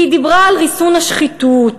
היא דיברה על ריסון השחיתות,